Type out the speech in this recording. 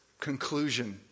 conclusion